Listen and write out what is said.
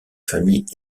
famille